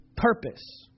Purpose